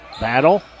Battle